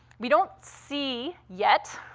we don't see, yet.